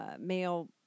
male